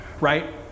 right